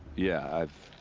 yeah, i've.